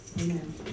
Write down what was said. Amen